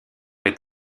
est